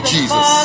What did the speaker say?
Jesus